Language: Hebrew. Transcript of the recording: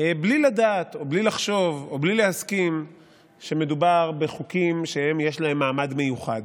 בלי לדעת או בלי לחשוב או בלי להסכים שמדובר בחוקים שיש להם מעמד מיוחד.